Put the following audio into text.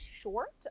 short